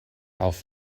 auf